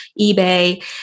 eBay